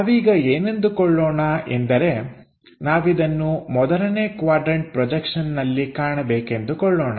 ನಾವೀಗ ಏನೆಂದುಕೊಳ್ಳೋಣ ಎಂದರೆ ನಾವಿದನ್ನು ಮೊದಲನೇ ಕ್ವಾಡ್ರನ್ಟ ಪ್ರೊಜೆಕ್ಷನ್ನಲ್ಲಿ ಕಾಣಬೇಕೆಂದುಕೊಳ್ಳೋಣ